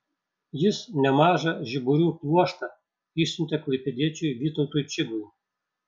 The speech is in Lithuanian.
jis nemažą žiburių pluoštą išsiuntė klaipėdiečiui vytautui čigui